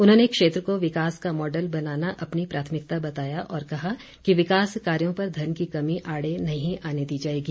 उन्होंने क्षेत्र को विकास का मॉडल बनाना अपनी प्राथमिकता बताया और कहा कि विकास कार्यों पर धन की कमी आड़े नहीं आने दी जाएगी